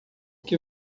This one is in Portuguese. que